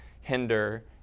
hinder